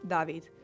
David